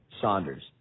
Saunders